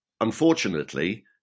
Unfortunately